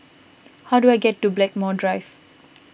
how do I get to Blackmore Drive